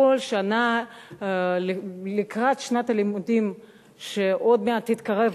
כל שנה לקראת שנת הלימודים שעוד מעט תתקרב,